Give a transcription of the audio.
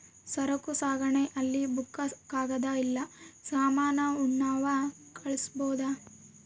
ಸರಕು ಸಾಗಣೆ ಅಲ್ಲಿ ಬುಕ್ಕ ಕಾಗದ ಇಲ್ಲ ಸಾಮಾನ ಉಣ್ಣವ್ ಕಳ್ಸ್ಬೊದು